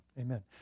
Amen